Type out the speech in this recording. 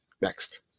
Next